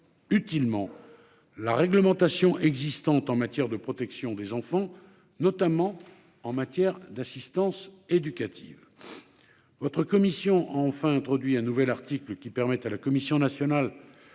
utilement la réglementation existante en matière de protection des enfants, notamment en ce qui concerne l'assistance éducative. Votre commission a introduit un nouvel article qui permet à la Commission nationale